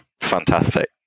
fantastic